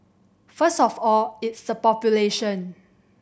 first of all it's the population